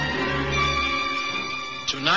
Tonight